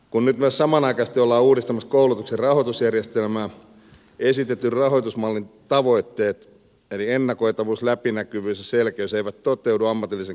kun nyt samanaikaisesti ollaan myös uudistamassa koulutuksen rahoitusjärjestelmää esitetyn rahoitusmallin tavoitteet eli ennakoitavuus läpinäkyvyys ja selkeys eivät toteudu ammatillisen koulutuksen osalta